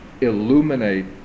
illuminate